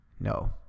No